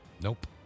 Nope